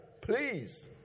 Please